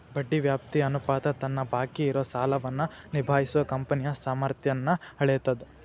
ಬಡ್ಡಿ ವ್ಯಾಪ್ತಿ ಅನುಪಾತ ತನ್ನ ಬಾಕಿ ಇರೋ ಸಾಲವನ್ನ ನಿಭಾಯಿಸೋ ಕಂಪನಿಯ ಸಾಮರ್ಥ್ಯನ್ನ ಅಳೇತದ್